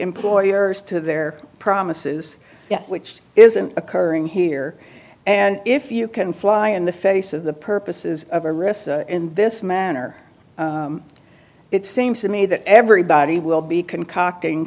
employers to their promises yes which is an occurring here and if you can fly in the face of the purposes of a risk in this manner it seems to me that everybody will be concocting